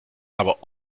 aber